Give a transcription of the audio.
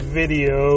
video